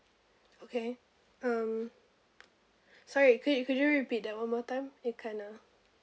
okay um sorry could you could you repeat that one more time it kind of